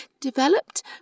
developed